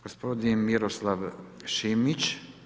Gospodin Miroslav Šimić.